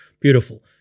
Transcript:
Beautiful